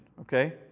okay